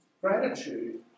Gratitude